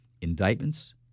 indictments